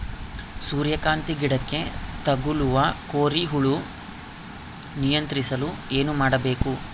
ಸೂರ್ಯಕಾಂತಿ ಗಿಡಕ್ಕೆ ತಗುಲುವ ಕೋರಿ ಹುಳು ನಿಯಂತ್ರಿಸಲು ಏನು ಮಾಡಬೇಕು?